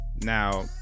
Now